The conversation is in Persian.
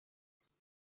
است